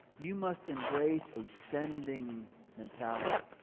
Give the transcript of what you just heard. you must embrace a sending mentality.